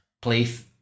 place